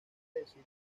decir